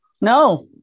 No